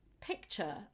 picture